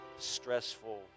stressful